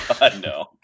no